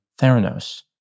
Theranos